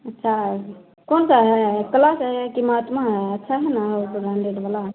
अच्छा कौन सा है कलश है कि महात्मा है अच्छा है ना ब्राण्डेड वाला